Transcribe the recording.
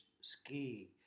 ski